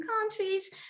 countries